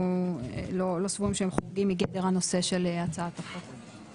אנחנו לא סבורים שהם חורגים מגדר הנושא של הצעת החוק.